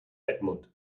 edmund